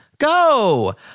Go